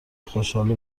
خوشحال